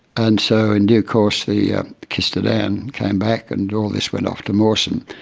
and so in due course the kista dan came back and all this went off to mawson.